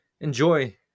enjoy